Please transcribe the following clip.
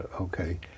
okay